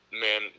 Man